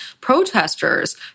protesters